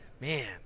Man